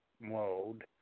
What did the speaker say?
mode